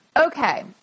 Okay